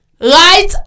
right